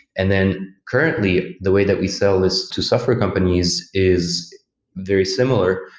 and then, currently, the way that we sell this to software companies is very similar.